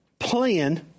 Plan